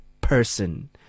person